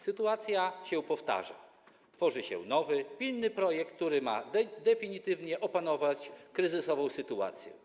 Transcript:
Sytuacja się powtarza, tworzy się nowy, pilny projekt, który ma definitywnie opanować kryzysową sytuację.